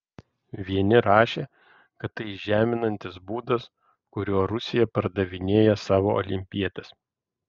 vieni rašė kad tai žeminantis būdas kuriuo rusija pardavinėja savo olimpietes